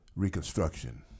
reconstruction